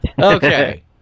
Okay